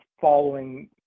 following